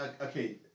okay